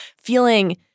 feeling